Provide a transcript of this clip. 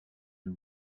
hun